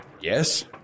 Yes